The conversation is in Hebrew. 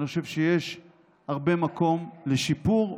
אני חושב שיש מקום לשיפור,